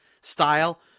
style